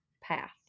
path